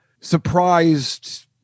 surprised